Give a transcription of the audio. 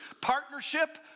partnership